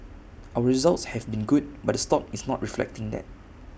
our results have been good but the stock is not reflecting that